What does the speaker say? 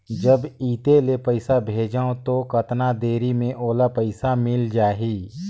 जब इत्ते ले पइसा भेजवं तो कतना देरी मे ओला पइसा मिल जाही?